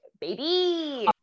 baby